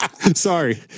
Sorry